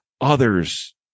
others